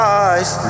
eyes